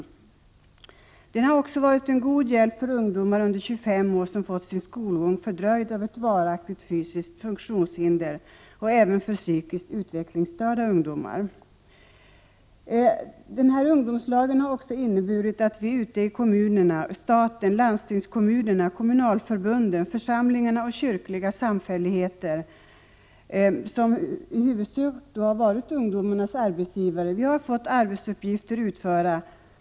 Ungdomslagen har också varit en god hjälp för ungdomar under 25 år som fått sin skolgång fördröjd på grund av ett varaktigt fysiskt funktionshinder och även för psykiskt utvecklingsstörda ungdomar. När det gäller ungdomslagen kan man också konstatera att staten, kommunerna, landstingskommunerna, kommunalförbunden, församlingarna och kyrkliga samfälligheter, som i huvudsak varit ungdomarnas arbetsgivare under dessa fem år, har fått arbetsuppgifter utförda.